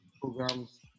programs